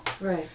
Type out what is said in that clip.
Right